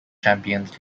champions